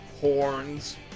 horns